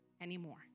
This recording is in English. anymore